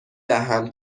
دهم